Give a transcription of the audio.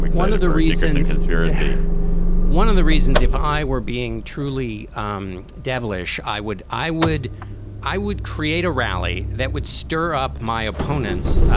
like one of the reasons it's very easy one of the reasons if i were being truly um devilish, i would i would i would create a rally that would stir up my opponents,